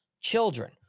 children